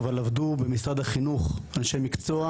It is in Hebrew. אבל עבדו במשרד החינוך אנשי מקצוע,